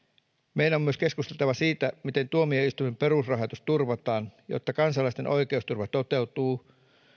meidän on myös keskusteltava siitä miten tuomioistuinten perusrahoitus turvataan jotta kansalaisten oikeusturva toteutuu